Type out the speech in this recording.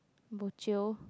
bo jio